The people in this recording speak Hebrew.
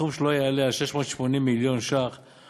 סכום שלא יעלה על 680 מיליון שקלים